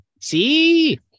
See